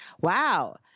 Wow